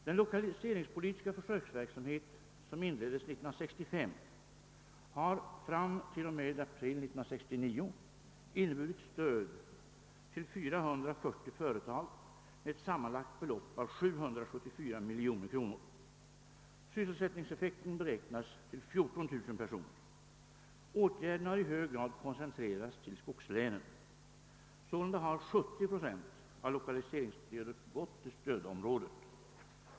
Den lokaliseringspolitiska försöksverksamhet som inleddes 1965 har fram t.o.m. april 1969 inneburit stöd till 440 företag med ett sammanlagt belopp av 774 miljoner kronor. Sysselsättningseffekten beräknas till 14 000 personer. Åtgärderna har i hög grad koncentrerats till skogslänen. Sålunda har 70 procent av lokaliseringsstödet utgått till stödområdet.